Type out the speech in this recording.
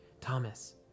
Thomas